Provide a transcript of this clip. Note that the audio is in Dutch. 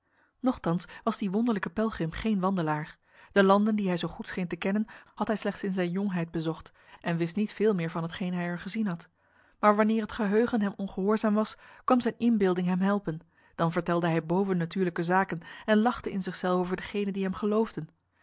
nochtans was die wonderlijke pelgrim geen wandelaar de landen die hij zo goed scheen te kennen had hij slechts in zijn jongheid bezocht en wist niet veel meer van hetgeen hij er gezien had maar wanneer het geheugen hem ongehoorzaam was kwam zijn inbeelding hem helpen dan vertelde hij bovennatuurlijke zaken en lachte in zichzelf over degenen die hem geloofden